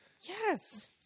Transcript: Yes